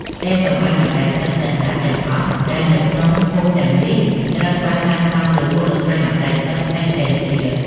ផ្ទះសម្បែងបណ្ដែតទឹកចល័តទាំងអស់ដែលនៅក្នុងភូមិទាំងនេះត្រូវបានសាងសង់លើមូលដ្ឋានអណ្ដែតទឹកផ្សេងៗគ្នា។